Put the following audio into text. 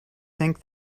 think